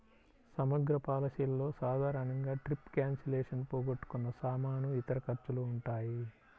సమగ్ర పాలసీలలో సాధారణంగా ట్రిప్ క్యాన్సిలేషన్, పోగొట్టుకున్న సామాను, ఇతర ఖర్చులు ఉంటాయి